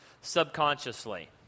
subconsciously